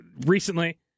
recently